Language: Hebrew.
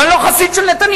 ואני לא חסיד של נתניהו.